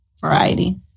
variety